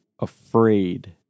afraid